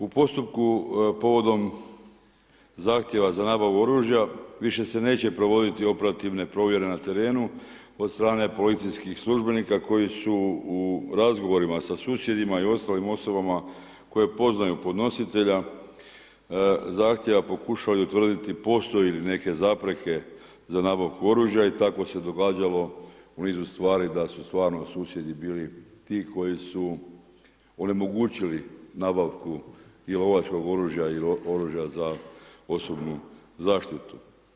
U postupku povodom zahtjeva za nabavu oružja više se neće provoditi operativne provjere na terenu od strane policijskih službenika koji su u razgovorima sa susjedima i ostalim osobama koje poznaju podnositelja zahtjeva pokušali utvrditi postoje li neke zapreke za nabavku oružja i tako se događalo u nizu stvari da su stvarno susjedi bili ti koji su onemogućili nabavku i lovačkog oružja ili oružja za osobnu zaštitu.